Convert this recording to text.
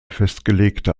festgelegte